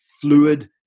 fluid